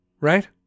right